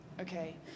Okay